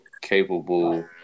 capable